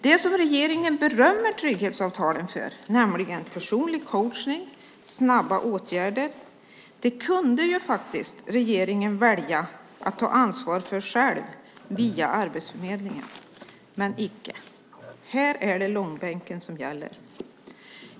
Det som regeringen berömmer trygghetsavtalen för, nämligen personlig coachning och snabba åtgärder, kunde faktiskt regeringen välja att ta ansvar för själv via Arbetsförmedlingen, men icke. Här är det långbänken som gäller.